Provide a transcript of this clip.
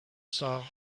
saw